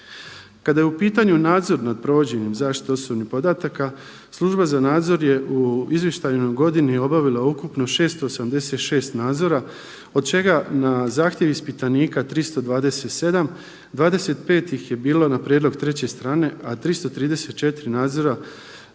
Kada je u pitanju nadzor nad provođenjem zaštite osobnih podataka Služba za nadzor je u izvještajnoj godini obavila ukupno 686 nadzora od čega na zahtjev ispitanika 327. 25 ih je bilo na prijedlog treće strane, a 334 nadzora